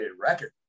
record